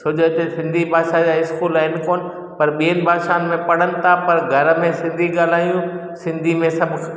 छो जो हिते सिंधी भाषा जा इस्कूल आहिनि कोन पर ॿियनि भाषाउनि में पढ़नि था पर घर में सिंधी ॻाल्हायूं सिंधी में सभु